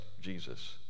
Jesus